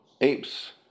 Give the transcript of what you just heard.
apes